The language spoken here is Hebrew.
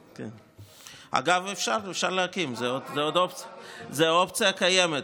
אגב, אפשר להקים, זה אופציה קיימת.